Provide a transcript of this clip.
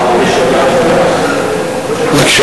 היושב-ראש, תודה,